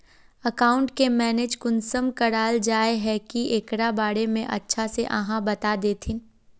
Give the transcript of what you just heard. Account के manage कुंसम कराल जाय है की एकरा बारे में अच्छा से आहाँ बता देतहिन?